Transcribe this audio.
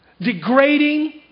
degrading